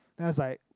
that's I